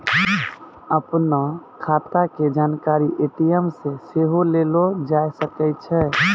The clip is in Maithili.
अपनो खाता के जानकारी ए.टी.एम से सेहो लेलो जाय सकै छै